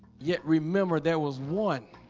yet remember there was one